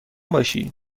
باشی